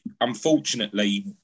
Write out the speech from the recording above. unfortunately